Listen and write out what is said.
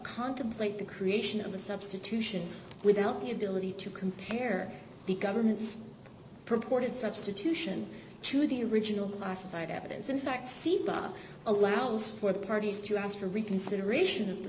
contemplate the creation of a substitution without the ability to compare the government's purported substitution to the original classified evidence in fact seebach allows for the parties to ask for reconsideration of the